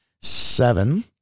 seven